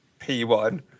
P1